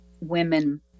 women